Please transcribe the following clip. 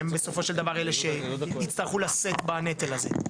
הם בסופו של דבר, אלה שיצטרכו לשאת בנטל הזה.